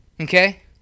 okay